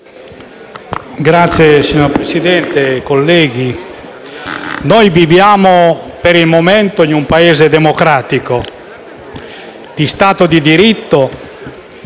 Signor Presidente, colleghi, viviamo per il momento in un Paese democratico, in Stato di diritto